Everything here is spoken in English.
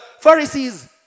Pharisees